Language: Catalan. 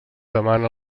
demana